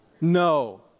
No